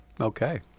Okay